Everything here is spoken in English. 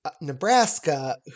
Nebraska